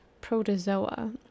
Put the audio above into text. protozoa